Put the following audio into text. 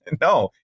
No